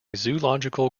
zoological